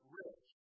rich